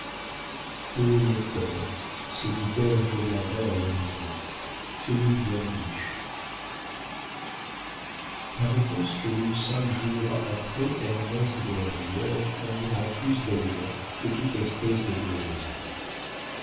o mon père se dit-elle en regardant à l'horizon fais-nous bien riches la réponse que lut cinq jours après ernest de la brière en dira plus d'ailleurs que toute espèce de glose